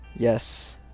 Yes